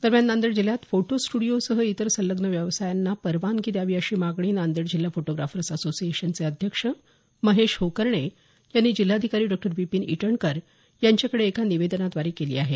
दरम्यान नांदेड जिल्ह्यात फोटो स्ट्डिओसह इतर संलग्न व्यवसायांना परवानगी द्यावी अशी मागणी नांदेड जिल्हा फोटोग्राफर्स असोसिएशनचे अध्यक्ष महेश होकर्णे यांनी जिल्हाधिकारी डॉ विपीन इटनकर यांच्याकडे एका निवेदनाद्वारे केली आहे